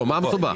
מה מסובך?